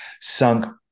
sunk